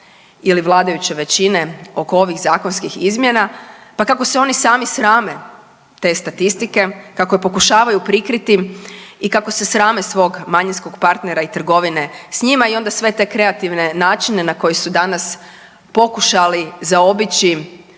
ili vladajuće većine oko ovih zakonskih izmjena, pa kako se oni sami srame te statistike, kako je pokušavaju prikriti i kako se srame svog manjinskog partnera i trgovine s njima i onda sve te kreativne načine na koji su danas pokušali zaobići